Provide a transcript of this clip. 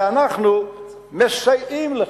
ואנחנו מסייעים לכך.